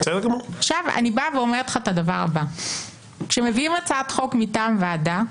אני באה ואומרת לך את הדבר הבא: כשמביאים הצעת חוק מטעם ועדה,